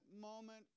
moment